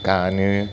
गानो